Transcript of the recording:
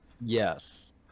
yes